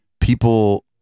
people